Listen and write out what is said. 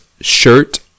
shirt